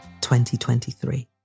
2023